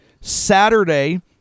Saturday